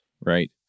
right